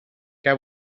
què